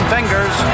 Fingers